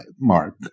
mark